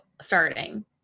starting